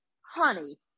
honey